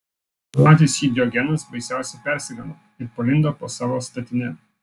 pamatęs jį diogenas baisiausiai persigando ir palindo po savo statine